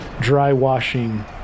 dry-washing